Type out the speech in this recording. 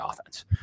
offense